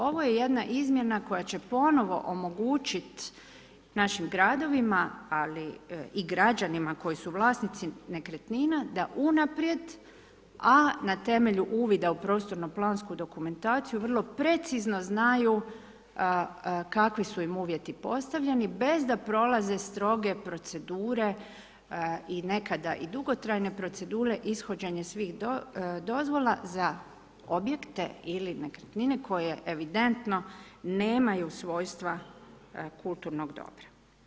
Ovo je jedna izmjena koja će ponovno omogućiti našim gradovima, ali i građanima, koji su vlasnici nekretnine, da unaprijed, a na temelju uvida u prostornu plansku dokumentaciju, vrlo precizno znaju kakvi su im uvjeti postavljeni, bez da prolaze stroge procedure i nekada i dugotrajne procedure ishođenja svih dozvola za objekte ili nekretnine, koje evidentno nemaju svojstva kulturnog dobra.